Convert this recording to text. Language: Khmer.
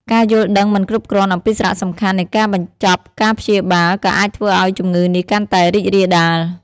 ការយល់ដឹងមិនគ្រប់គ្រាន់អំពីសារៈសំខាន់នៃការបញ្ចប់ការព្យាបាលក៏អាចធ្វើឱ្យជំងឺនេះកាន់តែរីករាលដាល។